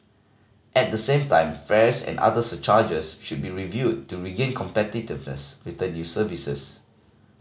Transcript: at the same time fares and other surcharges should be reviewed to regain competitiveness with the new services